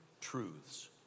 truths